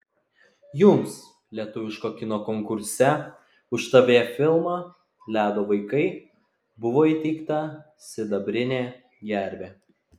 jums lietuviško kino konkurse už tv filmą ledo vaikai buvo įteikta sidabrinė gervė